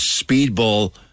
Speedball